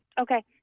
Okay